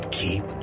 keep